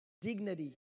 dignity